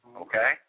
Okay